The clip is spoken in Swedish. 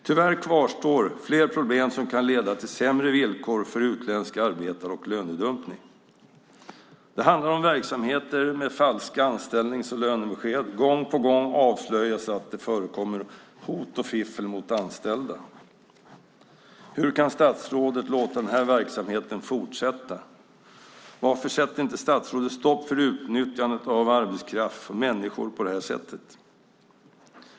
Tyvärr kvarstår fler problem som kan leda till sämre villkor för utländska arbetare och lönedumpning. Det handlar om verksamheter med falska anställnings och lönebesked. Gång på gång avslöjas att det förekommer hot och fiffel mot anställda. Hur kan statsrådet låta den verksamheten fortsätta? Varför sätter inte statsrådet stopp för utnyttjandet av arbetskraft och människor på det sättet?